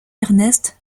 ernest